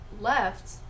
left